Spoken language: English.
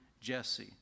Jesse